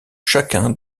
chacun